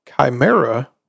chimera